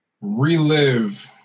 relive